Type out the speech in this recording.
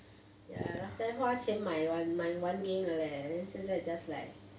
ya last time 花钱买玩买玩 game 的 leh then 现在 just like